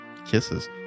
kisses